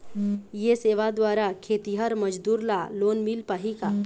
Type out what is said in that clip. ये सेवा द्वारा खेतीहर मजदूर ला लोन मिल पाही का?